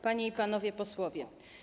Panie i Panowie Posłowie!